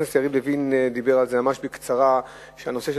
חבר הכנסת יריב לוין דיבר ממש בקצרה על זה שהנושא של